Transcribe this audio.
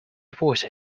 voice